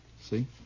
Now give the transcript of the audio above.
See